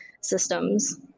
systems